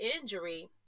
injury